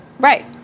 Right